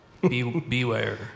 beware